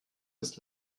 des